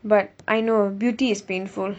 but I know beauty is painful